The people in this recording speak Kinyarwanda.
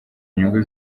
inyungu